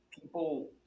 people